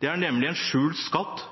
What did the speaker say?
Det er nemlig en skjult skatt.